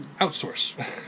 outsource